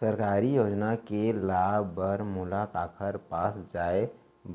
सरकारी योजना के लाभ बर मोला काखर पास जाए